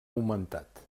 augmentat